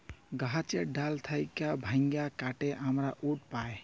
গাহাচের ডাল থ্যাইকে ভাইঙে কাটে আমরা উড পায়